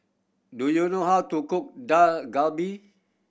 do you know how to cook Dak Galbi